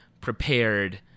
prepared